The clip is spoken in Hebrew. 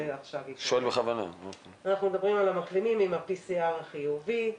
אנחנו מדברים על המחלימים עם ה-PCR החיובי.